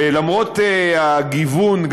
ולמרות הגיוון,